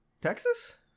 Texas